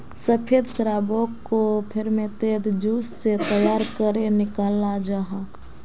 सफ़ेद शराबोक को फेर्मेंतेद जूस से तैयार करेह निक्लाल जाहा